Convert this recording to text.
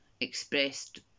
expressed